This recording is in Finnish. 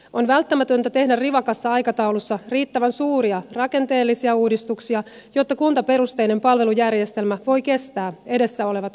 on välttämätöntä tehdä rivakassa aikataulussa riittävän suuria rakenteellisia uudistuksia jotta kuntaperusteinen palvelujärjestelmä voi kestää edessä olevat kovat haasteet